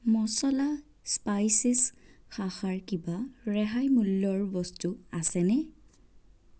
মচলা স্পাইচেছ শাখাৰ কিবা ৰেহাই মূল্যৰ বস্তু আছেনে